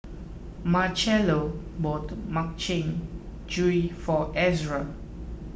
Marchello bought Makchang Gui for Ezra